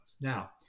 Now